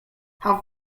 how